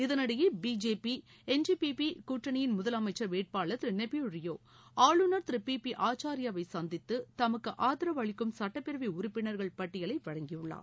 இதனிடையே BJP N D P P கூட்டணியின் முதலமைச்சர் வேட்பாளர் திரு நெய்பியூ ரியோ ஆளுநர் திரு பி பி ஆச்சாரியாவை சந்தித்து தமக்கு ஆதரவு அளிக்கும் சட்டப்பேரவை உறுப்பினர்கள் பட்டியலை வழங்கியுள்ளார்